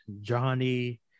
Johnny